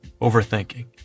Overthinking